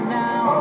now